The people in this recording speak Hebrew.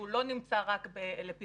שהוא לא נמצא רק לפתחנו,